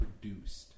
produced